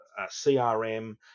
CRM